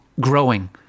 growing